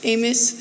Amos